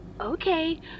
Okay